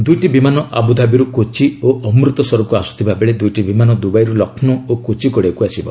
ଦୁଇଟି ବିମାନ ଆବୁଧାବିରୁ କୋଚି ଓ ଅମୃତସରକୁ ଆସୁଥିବା ବେଳେ ଦୁଇଟି ବିମାନ ଦୁବାଇରୁ ଲକ୍ଷ୍ମୌ ଓ କୋଜିକୋଡ଼େକୁ ଆସିବ